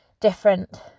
different